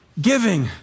giving